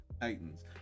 Titans